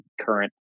current